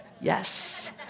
Yes